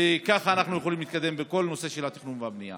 וכך אנחנו יכולים להתקדם בכל הנושא של התכנון והבנייה.